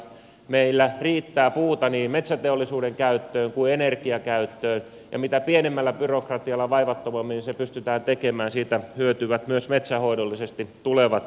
meillä riittää puuta niin metsäteollisuuden käyttöön kuin energiakäyttöön ja mitä pienemmällä byrokratialla vaivattomammin se pystytään tekemään siitä hyötyvät myös metsänhoidollisesti tulevat sukupolvet